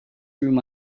through